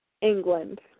England